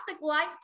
light